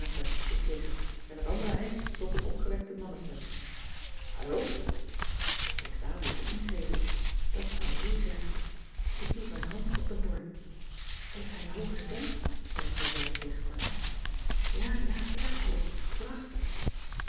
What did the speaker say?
ik kreeg het en aan t andere eind klonk een opgewekte mannenstem hallo ik kreeg dadelijk een ingeving dat zou ru zijn ik hield mijn hand op den hoorn cissy van marxveldt de h b s tijd van joop ter heul heeft hij een hooge stem zei ik terzijde tegen connie ja ja erg hoog prachtig